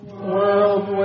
world